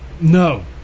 No